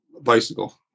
Bicycle